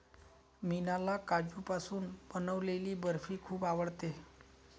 मीनाला काजूपासून बनवलेली बर्फी खूप आवडते